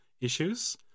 issues